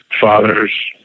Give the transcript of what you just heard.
fathers